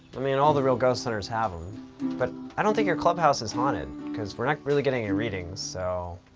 i mean, all the real ghost hunters have them but, i don't think your club house is haunted because we're not really getting any readings, so.